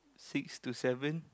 six to seven